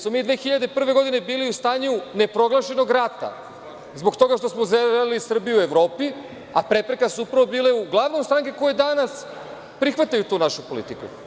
Mi smo 2001. godine bili u stanju neproglašenog rata, zbog toga što smo želeli Srbiju u Evropi, a prepreka su upravo bile uglavnom stranke koje danas prihvataju tu našu politiku.